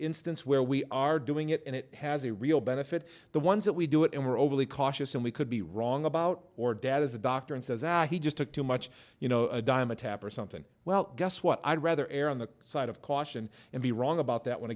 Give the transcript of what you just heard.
instance where we are doing it and it has a real benefit the ones that we do it and were overly cautious and we could be wrong about or dad is a doctor and says that he just took too much you know a dimetapp or something well guess what i'd rather err on the side of caution and be wrong about that one